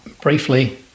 briefly